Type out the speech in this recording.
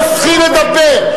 הוא עוד לא התחיל לדבר.